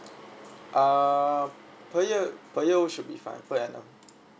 uh per year per year should be fine per annum